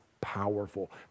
powerful